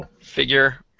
figure